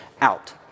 out